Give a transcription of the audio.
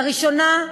לראשונה,